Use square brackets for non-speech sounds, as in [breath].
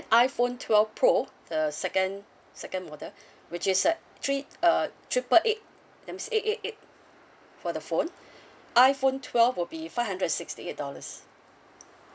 iphone twelve pro the second second model [breath] which is at three uh triple eight that means eight eight eight for the phone [breath] iphone twelve will be five hundred and sixty eight dollars